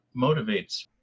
motivates